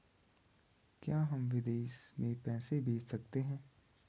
क्या हम विदेश में पैसे भेज सकते हैं?